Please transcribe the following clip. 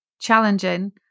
challenging